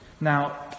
now